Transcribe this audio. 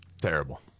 Terrible